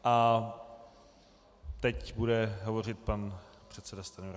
A teď bude hovořit pan předseda Stanjura.